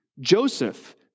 Joseph